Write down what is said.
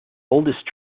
oldest